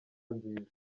nziza